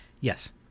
Yes